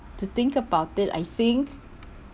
to think about it I think